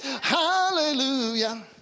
hallelujah